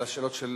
לשאלות של פלסנר.